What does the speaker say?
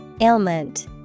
Ailment